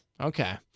Okay